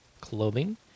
clothing